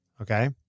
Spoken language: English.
Okay